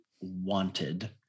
wanted